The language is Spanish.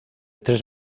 tres